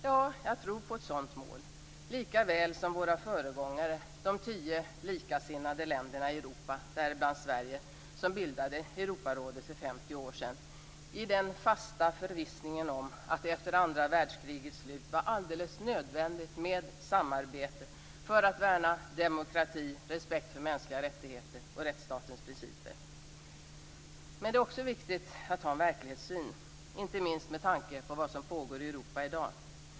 Ja, jag tror på ett sådant mål, lika väl som våra föregångare - de tio likasinnade länderna i Europa, däribland Sverige, som för 50 år sedan bildade Europarådet, i den fasta förvissningen om att det efter andra världskrigets slut var alldeles nödvändigt med samarbete för att värna demokrati, respekt för mänskliga rättigheter och rättsstatens principer. Men det är också viktigt att ha en verklighetssyn, inte minst med tanke på vad som i dag pågår i Europa.